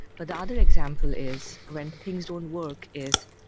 but the other example is when things don't work is,